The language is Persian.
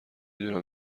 دونم